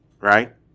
right